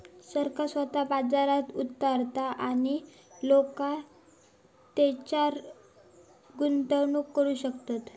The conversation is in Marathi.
सरकार स्वतः बाजारात उतारता आणि लोका तेच्यारय गुंतवणूक करू शकतत